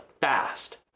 fast